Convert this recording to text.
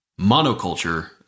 monoculture